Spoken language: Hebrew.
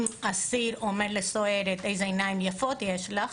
אם אסיר אומר לסוהרת: איזה עיניים יפות יש לך.